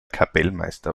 kapellmeister